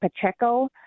pacheco